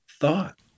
thought